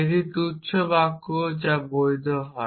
একটি তুচ্ছ বাক্য যা বৈধ হয়